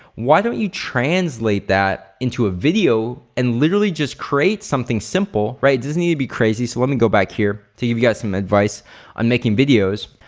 why don't you translate that into a video and literally just create something simple, right? it doesn't need to be crazy. so let me go back here to give you guys some advice on making videos.